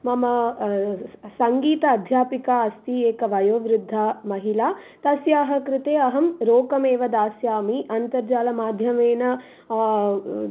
मम सङ्गीत अध्यापिका अस्ति एका वयोवृद्धा महिला तस्याः कृते अहं रोकमेव दास्यामि अन्तर्जालमाध्यमेन